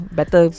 better